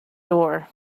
door